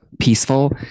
peaceful